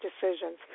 decisions